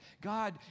God